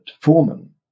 Foreman